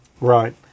Right